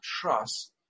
trust